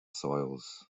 soils